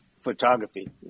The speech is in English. photography